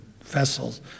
vessels